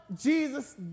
Jesus